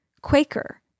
Quaker